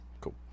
Cool